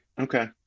Okay